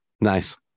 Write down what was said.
nice